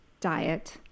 diet